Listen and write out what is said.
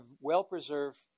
well-preserved